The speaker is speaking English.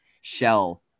shell